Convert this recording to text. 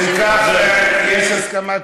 אם כך, יש הסכמה?